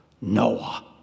Noah